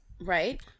Right